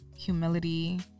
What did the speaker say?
humility